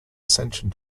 ascension